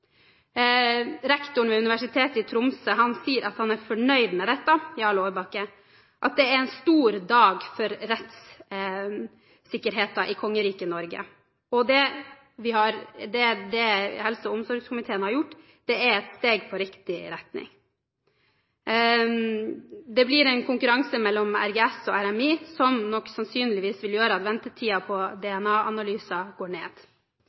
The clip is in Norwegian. Rektoren ved Universitetet i Tromsø, Jarle Aarbakke, sier at han er fornøyd med dette: «Dette er en stor dag for rettssikkerheten i kongeriket Norge.» Det helse- og omsorgskomiteen har gjort, er et steg i riktig retning. Det blir en konkurranse mellom Rettsgenetisk senter – RGS – og Rettsmedisinsk institutt – RMI – som sannsynligvis vil gjøre at ventetiden på DNA-analyser går ned.